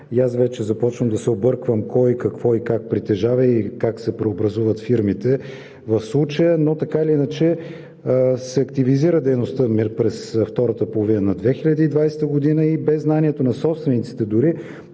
и вече започвам да се обърквам кой, какво и как притежава и как се преобразуват фирмите в случая. Така или иначе дейността им се активизира през втората половина на 2020 г. и дори без знанието на собствениците